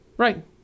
Right